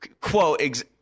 quote